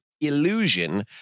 illusion